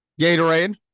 Gatorade